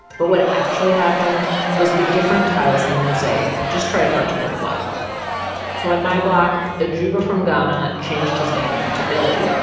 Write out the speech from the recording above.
but what actually happened was the different tiles in the mosaic just tried hard to look white so on my block, ajuba from ghana changed his name to billy.